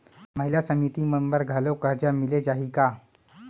महिला समिति मन बर घलो करजा मिले जाही का?